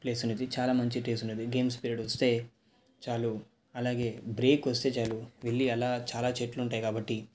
place ఉండేది చాలా మంచి ట్రీస్ ఉండేది గేమ్స్ పిరియడ్ వస్తే చాలు అలాగే బ్రేక్ చాలు వెళ్ళి ఎలా చాలా చెట్లు ఉంటాయి కాబట్టి